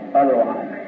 otherwise